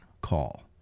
call